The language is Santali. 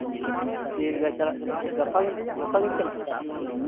ᱴᱷᱤᱠᱜᱮᱭᱟ ᱪᱟᱞᱟᱜ ᱠᱟᱱᱤᱧ ᱜᱟᱯᱟ ᱜᱟᱯᱟᱜᱤᱧ ᱪᱟᱞᱟᱜᱼᱟ